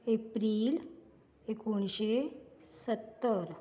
एप्रील एकोणशें सत्तर